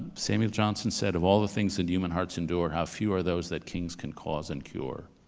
samuel johnson said, of all the things that human hearts endure how few are those that kings can cause and cure?